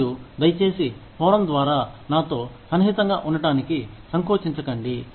మరియు దయచేసి ఫోరం ద్వారా నాతో సన్నిహితంగా ఉండటానికి సంకోచించకండి